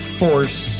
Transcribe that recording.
force